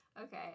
Okay